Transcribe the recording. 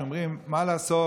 שאומרים: מה לעשות,